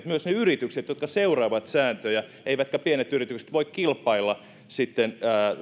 myös ne yritykset jotka seuraavat sääntöjä eivätkä pienet yritykset voi kilpailla